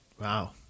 Wow